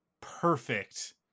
perfect